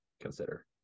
consider